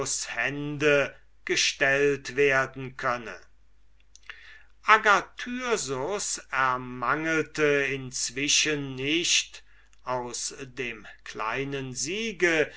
hände gestellt werden könne agathyrsus ermangelte inzwischen nicht aus dem kleinen siege